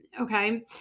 okay